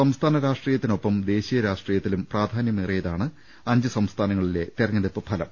സംസ്ഥാന രാഷ്ട്രീയത്തിനൊപ്പം ദേശീയ രാഷ്ട്രീയത്തിലും പ്രാധാന്യമേറിയതാണ് അഞ്ചു സംസ്ഥാനങ്ങളിലെ തെരഞ്ഞെടുപ്പുഫലം